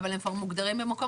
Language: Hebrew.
אבל הם כבר מוגדרים במקום